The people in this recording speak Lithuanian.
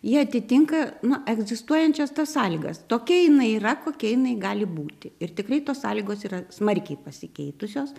jie atitinka nuo egzistuojančias tos sąlygas tokia jinai yra kokia jinai gali būti ir tikrai tos sąlygos yra smarkiai pasikeitusios